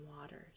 waters